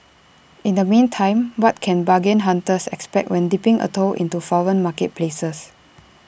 in the meantime what can bargain hunters expect when dipping A toe into foreign marketplaces